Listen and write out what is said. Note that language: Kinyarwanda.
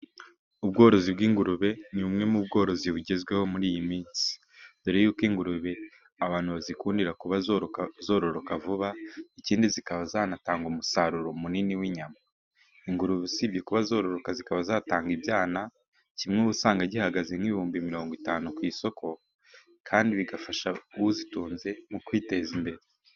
Ubworozi bw'ingurube ni bumwe mu bworozi bugezweho muri iyi minsi. Mbere y'uko ingurube abantu bazikundira kuba zororoka vuba ikindi zikaba zanatanga umusaruro munini w'inyama. Ingurube usibye kuba zororoka zikaba zatanga ibyana, kimwe usanga gihagaze nk'ibihumbi mirongo itanu ku isoko kandi bigafasha uzitunze mu kwiteza imbere.